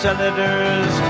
Senators